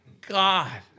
god